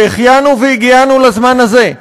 שהחיינו והגיענו לזמן הזה.